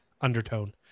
undertone